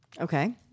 Okay